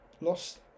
lost